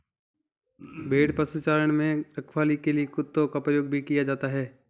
भेड़ पशुचारण में रखवाली के लिए कुत्तों का प्रयोग भी किया जाता है